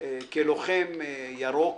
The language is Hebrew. כלוחם ירוק,